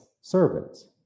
servants